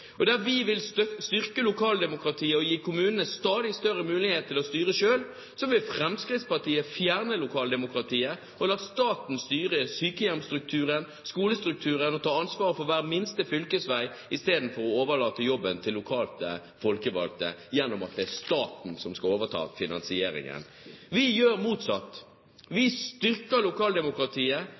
Der vi vil styrke lokaldemokratiet og gi kommunene stadig større mulighet til å styre selv, vil Fremskrittspartiet fjerne lokaldemokratiet og la staten styre sykehjemsstrukturen, skolestrukturen og ta ansvar for hver minste fylkesvei, i stedet for å overlate jobben til lokalt folkevalgte – de mener at det er staten som skal overta finansieringen. Vi gjør det motsatte. Vi styrker lokaldemokratiet.